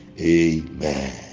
Amen